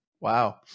Wow